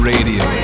Radio